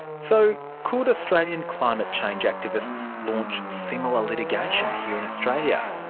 so could australian climate change activists launch similar litigation here in australia?